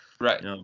Right